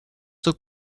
took